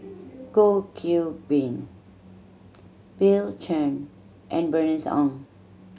Goh Qiu Bin Bill Chen and Bernice Ong